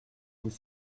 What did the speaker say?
vous